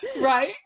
Right